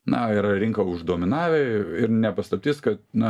na yra rinką uždominavę ir ne paslaptis kad na